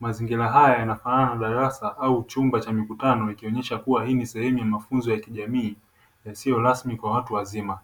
mazingira haya yanafanana na darasa au chumba cha mikutano ikionyesha kuwa hii ni sehemu ya mafunzo ya kijamii yasiyo rasmi kwa watu wazima.